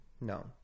No